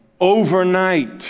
overnight